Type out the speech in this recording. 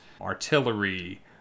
artillery